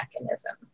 mechanism